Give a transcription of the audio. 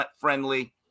friendly